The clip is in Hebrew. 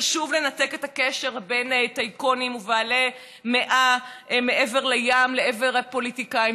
חשוב לנתק את הקשר בין טייקונים ובעלי מאה מעבר לים ובין לפוליטיקאים.